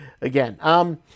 again